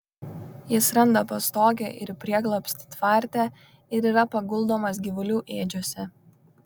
jis randa pastogę ir prieglobstį tvarte ir yra paguldomas gyvulių ėdžiose